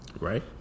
right